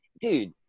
dude